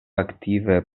aktive